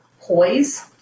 poise